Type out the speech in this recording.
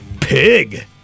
Pig